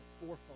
fourfold